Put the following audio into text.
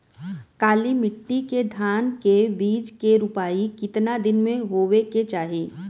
काली मिट्टी के धान के बिज के रूपाई कितना दिन मे होवे के चाही?